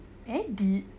edit